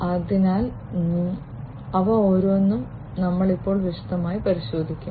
അതിനാൽ ഇവ ഓരോന്നും ഞങ്ങൾ ഇപ്പോൾ വിശദമായി പരിശോധിക്കും